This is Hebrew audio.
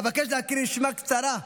אבקש להקריא רשימה קצרה,